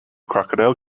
crocodile